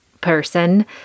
person